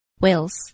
Wales